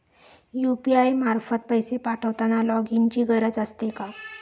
UPI मार्फत पैसे पाठवताना लॉगइनची गरज असते का?